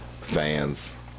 fans